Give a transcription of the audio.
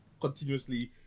continuously